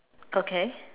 okay